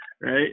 right